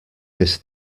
this